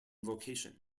location